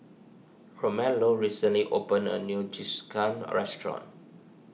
Romello recently opened a new Jingisukan restaurant